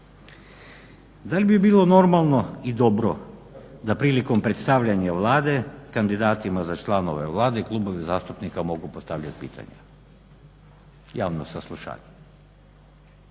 Da li bi bilo normalno i dobro da prilikom predstavljanja Vlade kandidatima za članove Vlade klubovi zastupnika mogu postavljati pitanja, javno saslušanje?